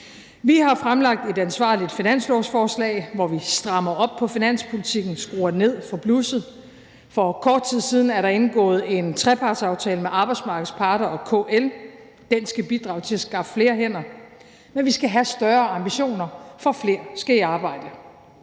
Vi har fremsat et ansvarligt finanslovsforslag, hvor vi strammer op på finanspolitikken, skruer ned for blusset. For kort tid siden blev der indgået en trepartsaftale med arbejdsmarkedets parter og KL. Den skal bidrage til at skaffe flere hænder, men vi skal have større ambitioner, for flere skal i arbejde.